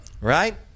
Right